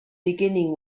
beginning